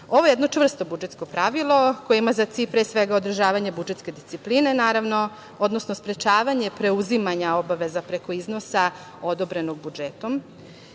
je jedno čvrsto budžetsko pravilo koje ima za cilj pre svega održavanje budžetske discipline, odnosno sprečavanje preuzimanja obaveza preko iznosa odobrenog budžetom.